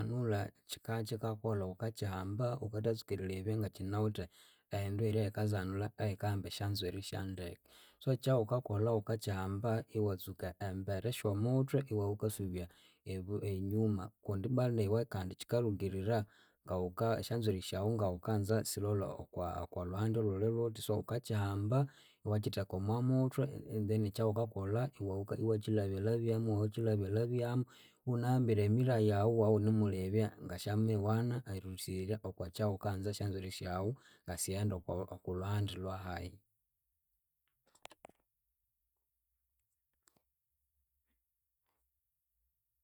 Ekyizanulha kyikakyikakolha wukakyihamba wukathatsuka erilebya ngakyinawithe ehindu hirya ehikazanulha esyanzwiri sya ndeke so ekyawukakolha wukakyihamba iwatsuka embere syomuthwe iwabya wukasubya enyuma kandi kyithalhugirira ngawuka esyanzwiri syawu ngawukanza silholhe okwa okwalhuhandi olhulhi lhuthi. So wukakyihamba iwakyitheka omwamuthwe then ekyawukakolha iwawuka iwakyilhabya lhabyamu iwunahambire e mirror yawu iwunemulebya ngasyamiwana erilhusirya okwakyawukanza esyanzwiri syawu ngasighende okwalhuhandi lwahayi